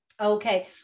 Okay